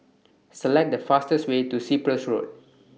Select The fastest Way to Cyprus Road